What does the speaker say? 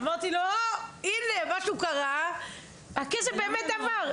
אמרתי לו "או, הנה, משהו קרה, הכסף באמת עבר.